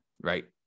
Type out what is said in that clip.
right